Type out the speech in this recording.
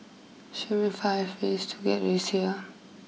show me five ways to get to Roseau